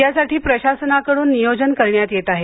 यासाठी प्रशासनाकडून नियोजन करण्यात येत आहे